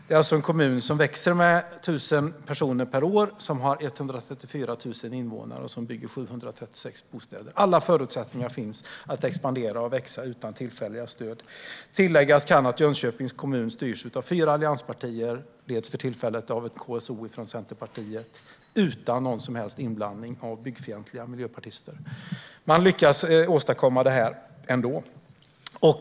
Det är en kommun som växer med 1 000 personer per år och som har 134 000 invånare och som bygger 736 bostäder. Det finns alla förutsättningar för att expandera och växa utan tillfälliga stöd. Tilläggas kan att Jönköpings kommun styrs av fyra allianspartier och för tillfället leds av en KSO från Centerpartiet, utan någon som helst inblandning av byggfientliga miljöpartister. Man lyckas åstadkomma det här ändå.